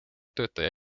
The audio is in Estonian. töötaja